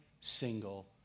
single